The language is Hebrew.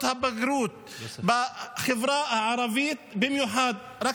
הבגרות בחברה הערבית במיוחד -- נא לסיים.